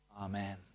Amen